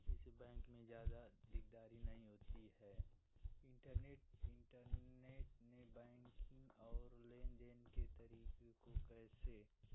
इस बैंक में ज़्यादा दिकदारी नहीं होती है इंटरनेट इंटरनेट ने बैंक बैंकिंग और लेनदेन के तरीके को कैसे